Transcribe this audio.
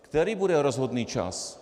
Který bude rozhodný čas?